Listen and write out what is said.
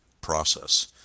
process